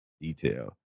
detail